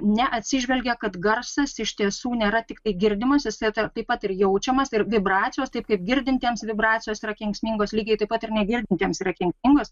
neatsižvelgia kad garsas iš tiesų nėra tiktai girdimas jisai taip pat ir jaučiamas ir vibracijos taip kaip girdintiems vibracijos yra kenksmingos lygiai taip pat ir negirdintiems yra kenksmingos